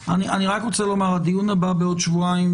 הדיון הבא בעוד שבועיים,